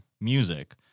music